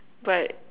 but